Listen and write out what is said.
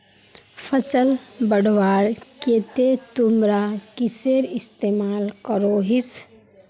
फसल बढ़वार केते तुमरा किसेर इस्तेमाल करोहिस?